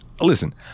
Listen